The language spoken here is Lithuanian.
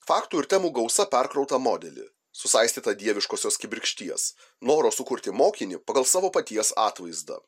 faktų ir temų gausa perkrautą modelį susaistytą dieviškosios kibirkšties noro sukurti mokinį pagal savo paties atvaizdą